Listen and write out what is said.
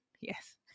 yes